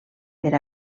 per